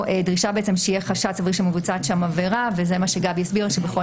דרישה שיהיה חשד שמבוצעת שם עבירה וגבי הסבירה שבכל